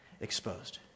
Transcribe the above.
exposed